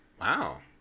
Wow